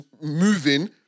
moving